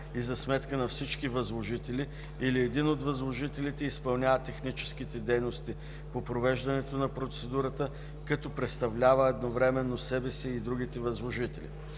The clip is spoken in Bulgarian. и за сметка на всички възложители или един от възложителите изпълнява техническите дейности по провеждането на процедурата, като представлява едновременно себе си и другите възложители.